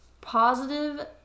positive